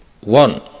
One